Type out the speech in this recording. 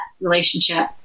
relationship